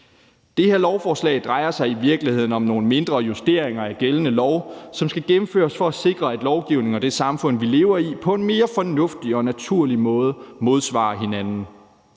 Det her lovforslag drejer sig i virkeligheden om nogle mindre justeringer af gældende lov, som skal gennemføres for at sikre, at lovgivningen og det samfund, vi lever i, på en mere fornuftig og naturlig måde modsvarer hinanden.